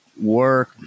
Work